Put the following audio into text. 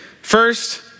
First